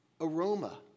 aroma